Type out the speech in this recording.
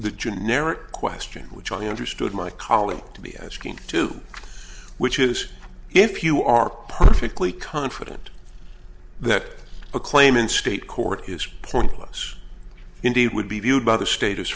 the generic question which i understood my colleague to be asking too which is if you are perfectly confident that a claim in state court is pointless indeed it would be viewed by the state